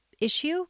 issue